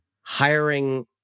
hiring